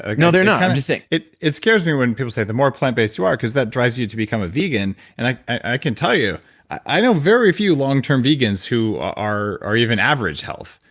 ah no they're not, i'm just saying. it it scares me when people say the more plant-based you are cause that drives you to become a vegan, and i i can tell you i know very few longterm vegans who are are even average health.